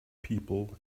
people